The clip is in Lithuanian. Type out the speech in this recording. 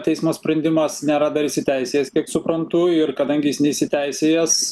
teismo sprendimas nėra dar įsiteisėjęs kiek suprantu ir kadangi jis neįsiteisėjęs